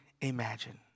imagine